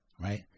right